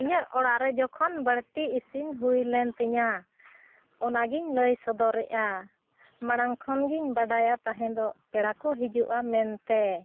ᱤᱧᱟᱹᱜ ᱚᱲᱟᱜ ᱨᱮ ᱡᱚᱠᱷᱚᱱ ᱵᱟᱹᱲᱛᱤ ᱤᱥᱤᱱ ᱦᱩᱭ ᱞᱮᱱ ᱛᱤᱧᱟᱹ ᱚᱱᱟᱜᱤᱧ ᱞᱟᱹᱭ ᱥᱚᱫᱚᱨᱮᱜᱼᱟ ᱢᱟᱲᱟᱝ ᱠᱷᱚᱱᱜᱤᱧ ᱵᱟᱰᱟᱭᱟ ᱛᱮᱦᱮᱧ ᱫᱚ ᱯᱮᱲᱟ ᱠᱚ ᱦᱤᱡᱩᱜᱼᱟ ᱢᱮᱱᱛᱮ